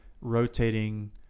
rotating